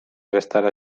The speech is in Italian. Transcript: restare